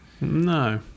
no